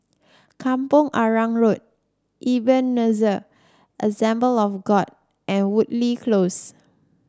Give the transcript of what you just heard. Kampong Arang Road Ebenezer Assembly of God and Woodleigh Close